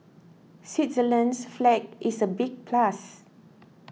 Switzerland's flag is a big plus